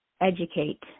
educate